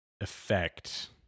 effect